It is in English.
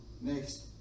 next